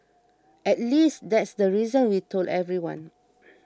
at least that's the reason we told everyone